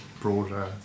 broader